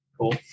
Cool